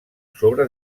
sobre